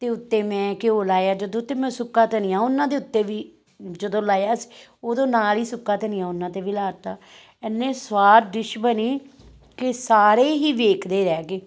ਅਤੇ ਉੱਤੇ ਮੈਂ ਘਿਓ ਲਾਇਆ ਜਦੋਂ ਤੇ ਮੈਂ ਸੁੱਕਾ ਧਨੀਆ ਉਹਨਾਂ ਦੇ ਉੱਤੇ ਵੀ ਜਦੋਂ ਲਾਇਆ ਸੀ ਉਦੋਂ ਨਾਲ ਹੀ ਸੁੱਕਾ ਧਨੀਆ ਉਹਨਾਂ 'ਤੇ ਵੀ ਲਾ ਤਾ ਇੰਨੇ ਸਵਾਦ ਡਿਸ਼ ਬਣੀ ਕਿ ਸਾਰੇ ਹੀ ਦੇਖਦੇ ਰਹਿ ਗਏ